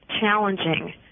challenging